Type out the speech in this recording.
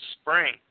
spring